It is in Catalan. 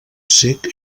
cec